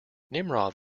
nimrod